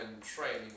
training